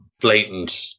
blatant